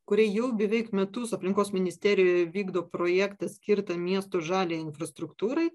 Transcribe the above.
kuri jau beveik metus aplinkos ministerijoje vykdo projektą skirtą miestų žaliajai infrastruktūrai